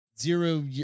zero